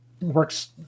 works